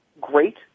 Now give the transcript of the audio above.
great